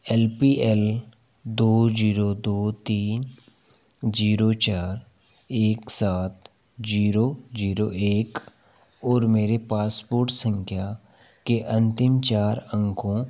L P L दो zero दो तीन जीरो चार एक सात जीरो जीरो एक और मेरे पासपोर्ट संख्या के अंतिम चार अंकों